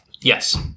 Yes